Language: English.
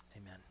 amen